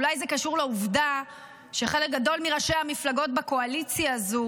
אולי זה קשור בעובדה שחלק גדול מראשי המפלגות בקואליציה הזאת